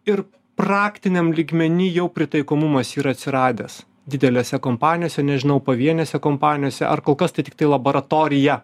ir praktiniam lygmeny jau pritaikomumas yra atsiradęs didelėse kompanijose nežinau pavienėse kompanijose ar kol kas tai tiktai laboratorija